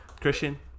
Christian